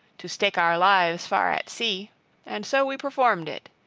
to stake our lives far at sea and so we performed it.